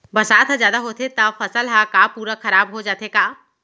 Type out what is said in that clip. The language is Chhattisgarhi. बरसात ह जादा होथे त फसल ह का पूरा खराब हो जाथे का?